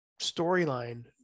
storyline